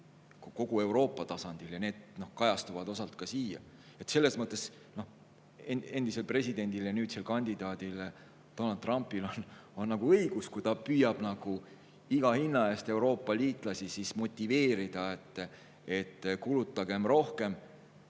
kogu Euroopa tasandil. Need kajastuvad osalt ka siin. Selles mõttes on endisel presidendil ja nüüdsel kandidaadil Donald Trumpil nagu õigus, kui ta püüab iga hinna eest Euroopa-liitlasi motiveerida, et kulutagem rohkem,